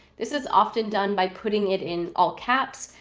this is often done by putting it in all caps.